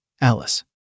Alice